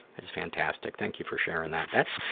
that is fantastic. thank you for sharing that. that's,